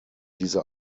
diese